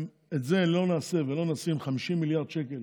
אם את זה לא נעשה ולא נשים 50 מיליארד שקלים